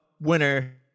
Winner